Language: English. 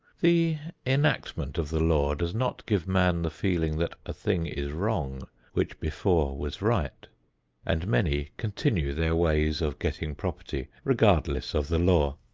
the enactment of the law does not give man the feeling that a thing is wrong which before was right and many continue their ways of getting property, regardless of the law.